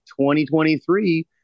2023